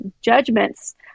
judgments